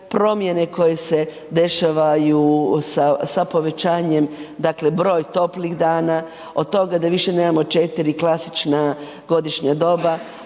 promjene koje se dešavaju sa povećanjem dakle broj toplih dana, od toga da više nemamo četiri klasična godišnja doba,